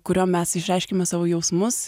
kurio mes išreiškiame savo jausmus